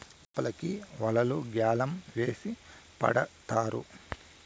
చాపలకి వలలు గ్యాలం వేసి పడతారు